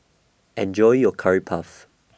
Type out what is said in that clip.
Enjoy your Curry Puff